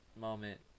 moment